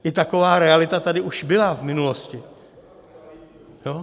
I taková realita tady už byla v minulosti, jo?